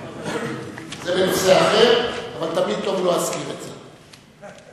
זה בנושא אחר, אבל תמיד טוב להזכיר את זה.